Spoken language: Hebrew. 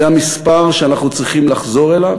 זה המספר שאנחנו צריכים לחזור אליו,